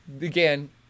Again